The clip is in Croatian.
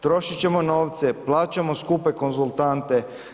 Trošiti ćemo novce, plaćamo skupe konzultante.